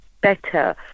better